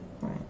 Right